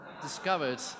discovered